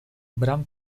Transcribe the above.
bram